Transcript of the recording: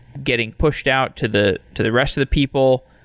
getting pushed out to the to the rest of the people?